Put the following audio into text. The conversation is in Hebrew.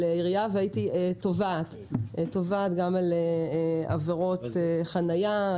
עירייה והייתי תובעת גם על עבירות חניה,